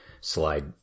slide